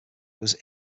was